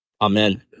Amen